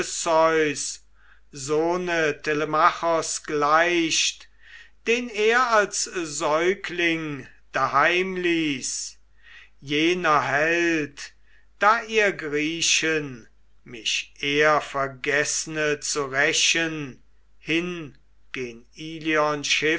gleicht den er als säugling daheimließ jener held da ihr griechen mich ehrvergeßne zu rächen hin gen